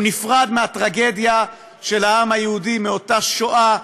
והוא נפרד מהטרגדיה של העם היהודי באותה שואה,